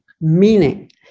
meaning